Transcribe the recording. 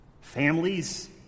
families